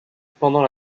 pendant